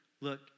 Look